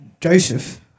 Joseph